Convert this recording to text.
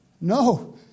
No